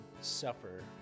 suffer